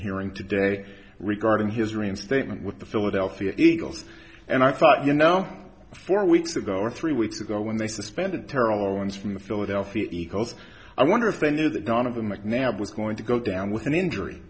hearing today regarding his reinstatement with the philadelphia eagles and i thought you know four weeks ago or three weeks ago when they suspended terrell owens from the philadelphia eagles i wonder if they knew that donovan mcnabb was going to go down with an injury